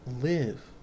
live